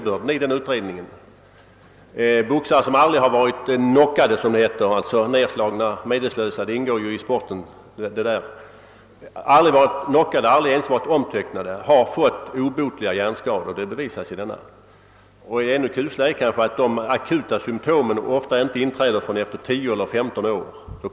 Boxare som aldrig varit knockade, vilket ju hör till sporten, d.v.s. nedslagna och medvetslösa, eller ens varit omtöcknade har fått obotliga hjärnskador, vilket alltså bevisas av denna utredning. Kusligare är kanske att de akuta symtomen ofta inte uppträder förrän efter 10—15 år.